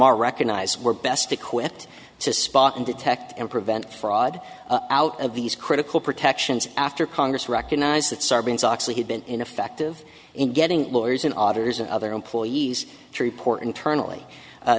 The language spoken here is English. r recognize we're best equipped to spot and detect and prevent fraud out of these critical protections after congress recognized that sarbanes oxley had been ineffective in getting lawyers in authors and other employees to report internally